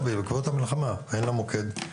מרוסיה בעקבות המלחמה אין לה מוקד ברוסית.